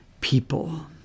people